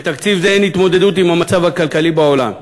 בתקציב זה אין התמודדות עם המצב הכלכלי בעולם.